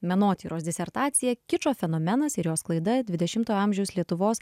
menotyros disertaciją kičo fenomenas ir jo sklaida dvidešimtojo amžiaus lietuvos